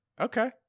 Okay